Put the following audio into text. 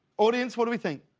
audience what do we think?